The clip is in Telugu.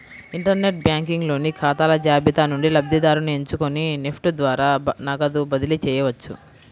ఇంటర్ నెట్ బ్యాంకింగ్ లోని ఖాతాల జాబితా నుండి లబ్ధిదారుని ఎంచుకొని నెఫ్ట్ ద్వారా నగదుని బదిలీ చేయవచ్చు